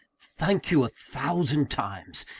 thank you a thousand times!